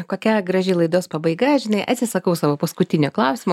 kokia graži laidos pabaiga žinai atsisakau savo paskutinio klausimo